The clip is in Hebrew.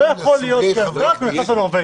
להיות סגן שר כי הוא נכנס בנורבגי,